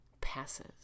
passes